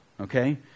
Okay